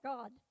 God